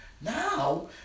Now